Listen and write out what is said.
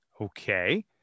Okay